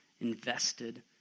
invested